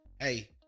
hey